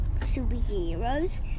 superheroes